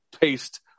paste